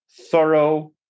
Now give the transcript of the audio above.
thorough